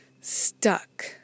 stuck